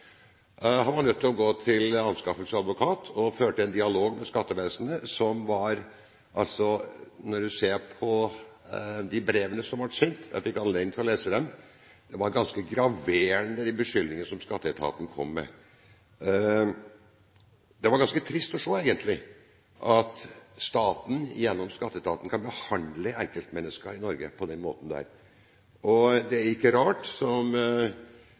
han nødt til å gå til anskaffelse av advokat og førte en dialog med skattevesenet, hvor – når man ser på de brevene som ble sendt, jeg fikk anledning til å lese dem – beskyldningene som skatteetaten kom med, var ganske graverende. Det var ganske trist å se at staten gjennom skatteetaten kan behandle enkeltmennesker i Norge på den måten. Det er ikke rart, som